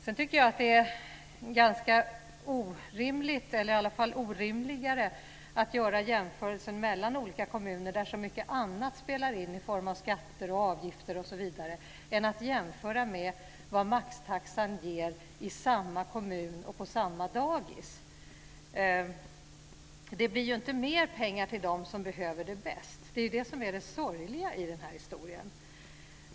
Sedan tycker jag att det är mindre rimligt att göra en jämförelse mellan olika kommuner, där så mycket annat spelar in i form av skatter, avgifter osv., än att jämföra med vad maxtaxan ger i samma kommun och på samma dagis. Det blir ju inte mer pengar till dem som behöver det bäst; det är ju det som är det sorgliga i den här historien.